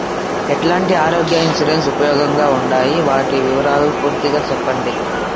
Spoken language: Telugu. ఎట్లాంటి ఆరోగ్య ఇన్సూరెన్సు ఉపయోగం గా ఉండాయి వాటి వివరాలు పూర్తిగా సెప్పండి?